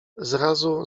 zrazu